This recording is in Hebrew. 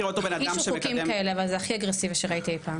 הגישו חוקים כאלה אבל זה הכי אגרסיבי שראיתי אי פעם.